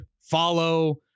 follow